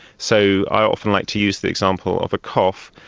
so i often like to use the example of a cough,